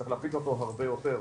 צריך להפיץ אותו הרבה יותר,